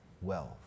wealth